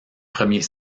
premier